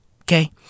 Okay